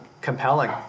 compelling